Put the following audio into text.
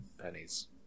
pennies